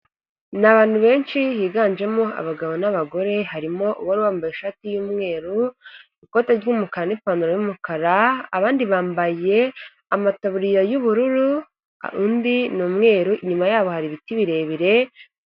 Ni abantu benshi higanjemo abagabo n'abagore harimo uwari wambaye ishati y'umweru, ikoti ry'umukara n'ipantaro y'umukara, abandi bambaye amataburiya y'ubururu undi ni umweru, inyuma yabo hari ibiti birebire.